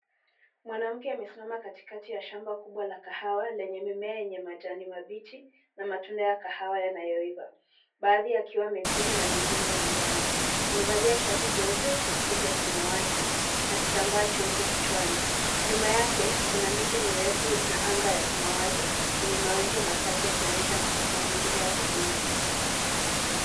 Mwanamke amesimama katikati ya shamba kubwa la kahawa lenye mimea yenye majani mabichi na matunda ya kahawa yanayoiva, baadhi yakiwa mekundu na mengine manjano . Amevalia shati jeupe na sketi ya samawati na kitambaa cheupe kichwani . Nyuma yake kuna miti mirefu na anga ya samawati yenye mawingu machache yakionyesha mazingira ya kilimo .